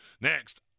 Next